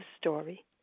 story